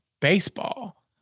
baseball